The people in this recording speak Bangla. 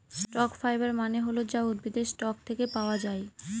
স্টক ফাইবার মানে হল যা উদ্ভিদের স্টক থাকে পাওয়া যায়